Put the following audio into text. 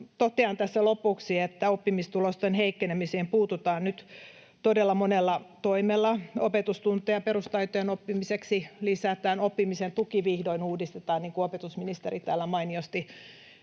totean tässä lopuksi, että oppimistulosten heikkenemiseen puututaan nyt todella monella toimella. Opetustunteja perustaitojen oppimiseksi lisätään. Oppimisen tuki vihdoin uudistetaan, niin kuin opetusministeri täällä mainiosti